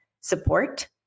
support